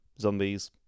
zombies